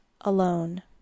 alone